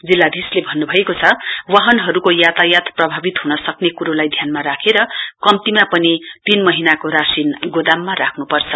जिल्लाधीशले भन्नु भएको छ वाहनहरूको यातायात प्रभावित हुन सक्ने कुरोलाई ध्यानमा राखेर कम्तीमा पनि तीन महिनाको राशिन गोदाममा राख्नु पर्छ